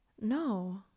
no